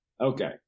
Okay